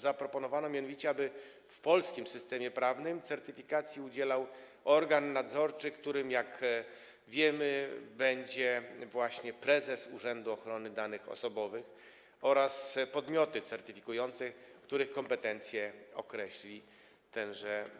Zaproponowano mianowicie, aby w polskim systemie prawnym certyfikacji udzielał organ nadzorczy, którym, jak wiemy, będzie właśnie prezes Urzędu Ochrony Danych Osobowych oraz podmioty certyfikujące, których kompetencje określi tenże